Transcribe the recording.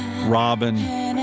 Robin